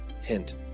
Hint